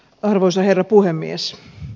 arvoisa herra puhemies